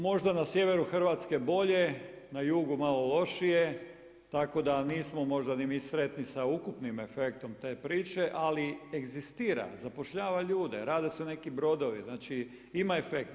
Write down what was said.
Možda na sjeveru Hrvatske bolje, na jugu malo lošije tako da nismo možda ni mi sretni sa ukupnim efektom te priče, ali egzistira, zapošljava ljude, rade se neki brodovi znači ima efekta.